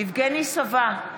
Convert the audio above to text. יבגני סובה,